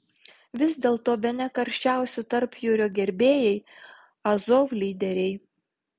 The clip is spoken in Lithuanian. vis dėlto bene karščiausi tarpjūrio gerbėjai azov lyderiai